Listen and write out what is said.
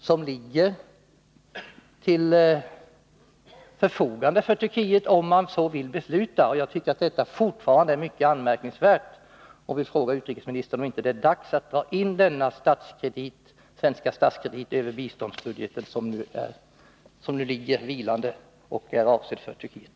Den finns till förfogande för Turkiet, om man så vill besluta. Jag tycker att detta är mycket anmärkningsvärt. Jag vill fråga utrikesministern om det inte är dags att dra in denna svenska statskredit över biståndsbudgeten, som nu ligger vilande och är avsedd för Turkiet.